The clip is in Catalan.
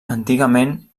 antigament